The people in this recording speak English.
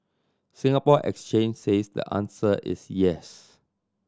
Singapore Exchange says the answer is yes